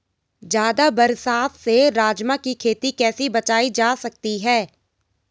ज़्यादा बरसात से राजमा की खेती कैसी बचायी जा सकती है?